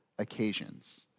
occasions